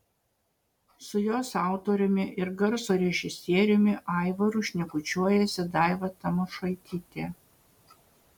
su jos autoriumi ir garso režisieriumi aivaru šnekučiuojasi daiva tamošaitytė